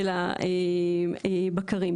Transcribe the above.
של הבקרים.